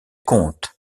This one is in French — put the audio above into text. compte